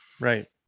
Right